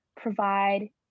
provide